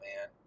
man